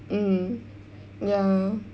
mmhmm ya